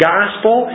Gospel